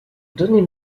donnez